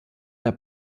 der